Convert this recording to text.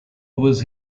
was